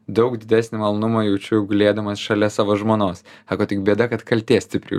daug didesnį malonumą jaučiu gulėdamas šalia savo žmonos sako tik bėda kad kaltė stipri